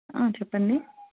చెప్పండి